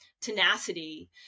tenacity